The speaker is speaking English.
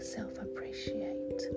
self-appreciate